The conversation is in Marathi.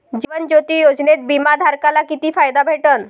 जीवन ज्योती योजनेत बिमा धारकाले किती फायदा भेटन?